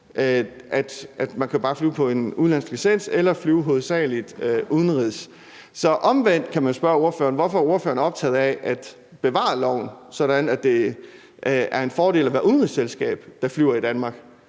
man kan bare flyve på en udenlandsk licens eller flyve hovedsagelig udenrigs. Så omvendt kan man jo spørge spørgeren, hvorfor spørgeren er optaget af at bevare loven, sådan at det er en fordel at være et udenrigsselskab, der flyver i Danmark.